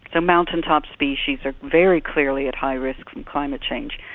the mountain top species are very clearly at high risk from climate change.